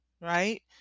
right